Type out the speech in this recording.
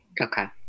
Okay